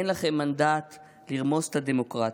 אין לכם מנדט לרמוס את הדמוקרטיה.